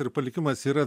ir palikimas yra